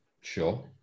sure